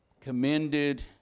commended